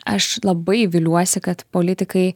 aš labai viliuosi kad politikai